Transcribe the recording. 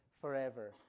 forever